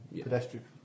pedestrian